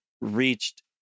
reached